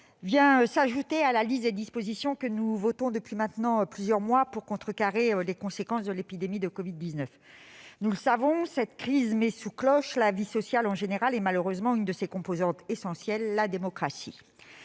viennent s'ajouter à la liste des dispositions que nous votons, depuis maintenant plusieurs mois, pour contrecarrer les conséquences de l'épidémie de covid-19. Nous le savons, cette crise met sous cloche la vie sociale, en général, et malheureusement une de ses composantes essentielles, la démocratie.